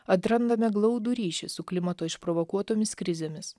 atrandame glaudų ryšį su klimato išprovokuotomis krizėmis